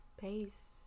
Peace